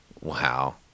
Wow